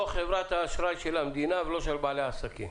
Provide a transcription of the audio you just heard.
חברת אשראי של המדינה או של בעלי העסקים,